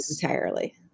entirely